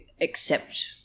accept